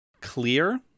clear